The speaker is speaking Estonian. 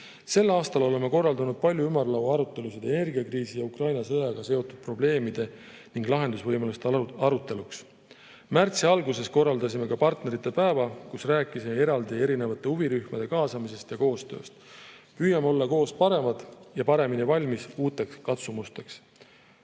Sel aastal oleme korraldanud palju ümarlauaarutelusid energiakriisi, Ukraina sõjaga seotud probleemide ning lahendusvõimaluste aruteluks. Märtsi alguses korraldasime ka partnerite päeva, kus rääkisime eraldi huvirühmade kaasamisest ja koostööst. Püüame olla koos paremad ja paremini valmis uuteks katsumusteks.